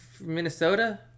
Minnesota